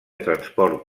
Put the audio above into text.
transport